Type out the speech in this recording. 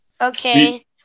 Okay